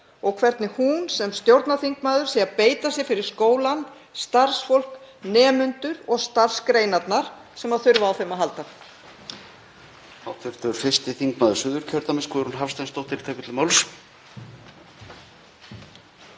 og hvernig hún sem stjórnarþingmaður sé að beita sér fyrir skólann, starfsfólk, nemendur og starfsgreinarnar sem þurfa á þeim að halda.